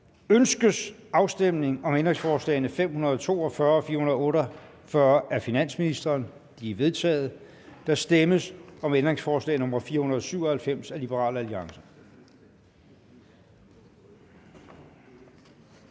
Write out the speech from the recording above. Ønskes afstemning om ændringsforslag nr. 541 af finansministeren? Det er vedtaget. Der stemmes om ændringsforslag nr. 495 af Det Konservative